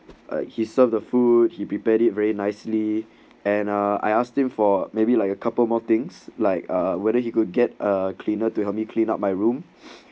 uh he serve the food he prepared it very nicely and uh I asked him for maybe like a couple more things like whether he could get a cleaner to help me clean up my room